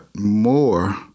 more